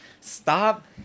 Stop